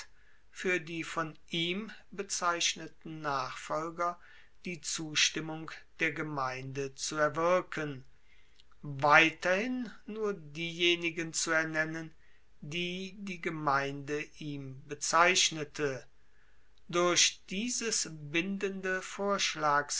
fuer die von ihm bezeichneten nachfolger die zustimmung der gemeinde zu erwirken weiterhin nur diejenigen zu ernennen die die gemeinde ihm bezeichnete durch dieses bindende